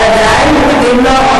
אבל עדיין מוקנים לו.